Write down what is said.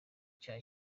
cya